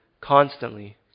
constantly